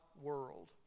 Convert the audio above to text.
world